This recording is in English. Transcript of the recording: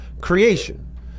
creation